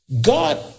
God